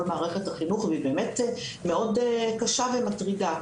מערכת החינוך והיא באמת מאוד קשה ומטרידה.